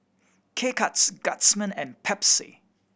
K Cuts Guardsman and Pepsi